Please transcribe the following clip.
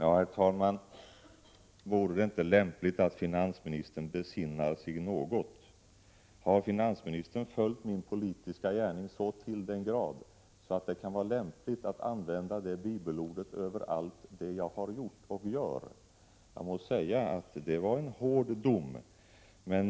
Herr talman! Vore det inte lämpligt att finansministern besinnade sig något? Har finansministern följt min politiska gärning så till den grad att det kan vara lämpligt att använda det bibelordet på allt det jag har gjort och gör? Jag må säga att det var en hård dom.